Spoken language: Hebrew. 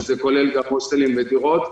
שכוללים גם הוסטלים ודירות,